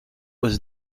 was